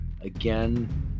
Again